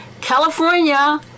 California